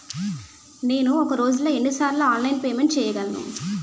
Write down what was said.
నేను ఒక రోజులో ఎన్ని సార్లు ఆన్లైన్ పేమెంట్ చేయగలను?